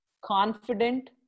confident